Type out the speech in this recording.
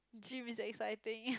gym is exciting